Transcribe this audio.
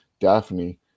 Daphne